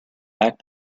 back